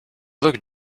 look